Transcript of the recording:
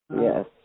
yes